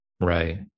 right